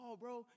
bro